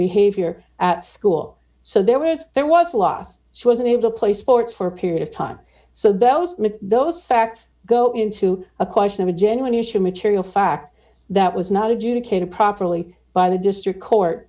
behavior at school so there was there was a loss she wasn't able to play sports for a period of time so those those facts go into a question of a genuine issue of material fact that was not adjudicated properly by the district court